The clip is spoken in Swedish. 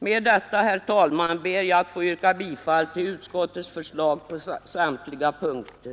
Med detta, herr talman, ber jag att få yrka bifall till utskottets hemställan på samtliga punkter.